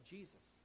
Jesus